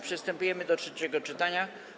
Przystępujemy do trzeciego czytania.